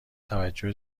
توجه